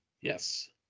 Yes